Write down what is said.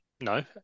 No